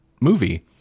movie